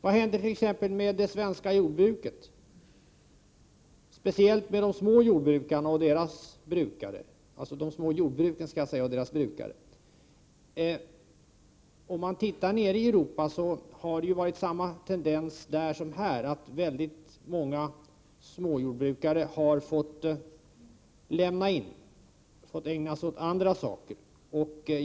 Vad händer t.ex. med det svenska jordbruket, speciellt med de små jordbruken och deras innehavare? Om man tittar på övriga Europa har det där varit samma tendens som här, dvs. många små jordbrukare har fått ”lämna in” och ägna sig åt andra saker.